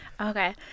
okay